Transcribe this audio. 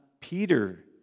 Peter